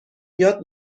یاد